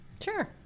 Sure